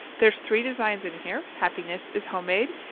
there's three designs in here, happiness is homemade,